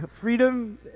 freedom